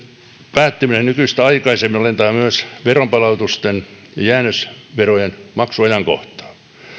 päättyminen nykyistä aikaisemmin varhentaa myös veronpalautusten ja jäännösverojen maksuajankohtia